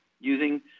using